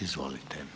Izvolite.